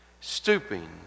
stooping